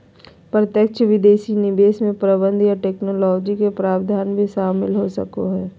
प्रत्यक्ष विदेशी निवेश मे प्रबंधन या टैक्नोलॉजी के प्रावधान भी शामिल हो सको हय